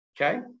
Okay